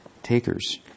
Takers